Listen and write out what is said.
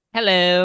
Hello